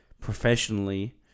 professionally